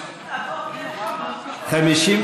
ואיתן כבל לסעיף 1 לא נתקבלה.